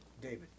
David